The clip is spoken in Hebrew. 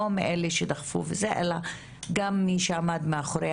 לא מאלה שדחפו אלא גם מי שעמד מאחורי